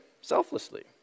selflessly